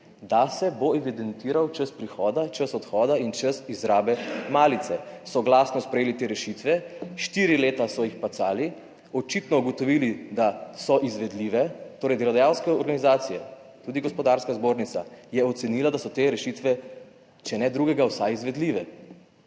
da se bo evidentiral čas prihoda, čas odhoda in čas izrabe malice. Soglasno sprejeli te rešitve, štiri leta so jih pacali, očitno ugotovili da so izvedljive, torej delodajalske organizacije, tudi Gospodarska zbornica 18. TRAK: (DAG) – 10.25 (nadaljevanje) je ocenila, da so te rešitve, če ne drugega, vsaj izvedljive,